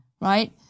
right